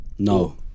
No